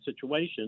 situation